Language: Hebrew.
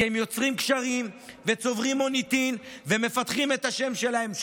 כי הם יוצרים קשרים והם צוברים מוניטין ומפתחים את השם שלהם שם.